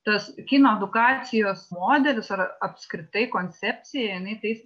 tas kino edukacijos modelis ar apskritai koncepcija jinai tais